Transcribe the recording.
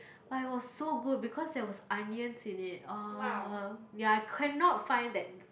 but it was so good because there was onions in it !ah! ya I cannot find that